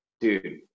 dude